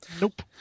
Nope